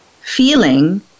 feeling